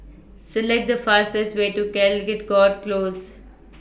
Select The fastest Way to Caldecott Close